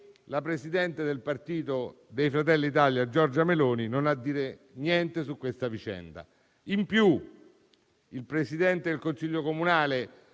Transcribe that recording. la presidente del Partito Fratelli d'Italia Giorgia Meloni non dicano niente su questa vicenda. Inoltre, il Presidente del Consiglio comunale